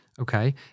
Okay